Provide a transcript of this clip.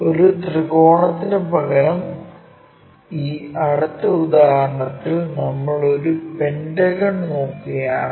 ഒരു ത്രികോണത്തിനുപകരം ഈ അടുത്ത ഉദാഹരണത്തിൽ നമ്മൾ ഒരു പെന്റഗൺ നോക്കുകയാണ്